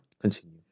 Continue